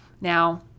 Now